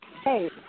Hey